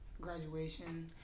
Graduation